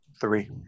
Three